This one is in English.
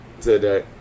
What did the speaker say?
today